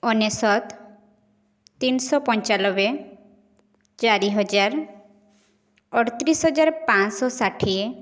ଅନେଶତ ତିନି ଶହ ପଞ୍ଚାନବେ ଚାରି ହଜାର ଅଠତିରିଶି ହଜାର ପାଞ୍ଚ ଶହ ଷାଠିଏ